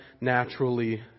naturally